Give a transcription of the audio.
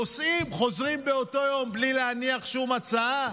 נוסעים, חוזרים באותו יום בלי להניח שום הצעה,